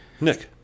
Nick